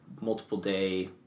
multiple-day